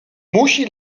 musi